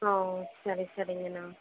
owe சரி சரி சரிங்க அண்ணா